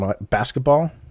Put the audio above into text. basketball